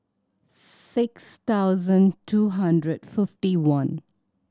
six thousand two hundred fifty one